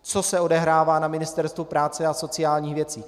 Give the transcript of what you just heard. Co se odehrává na Ministerstvu práce a sociálních věcí.